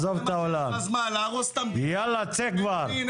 יש לך זמן להרוס את המדינה --- יאללה תצא כבר,